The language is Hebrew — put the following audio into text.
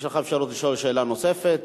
יש לך אפשרות לשאול שאלה נוספת.